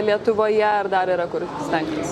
lietuvoje ar dar yra kur stengtis